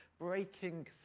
breaking